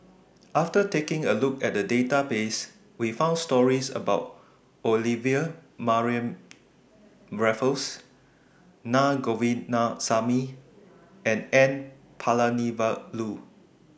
after taking A Look At The Database We found stories about Olivia Mariamne Raffles Naa Govindasamy and N Palanivelu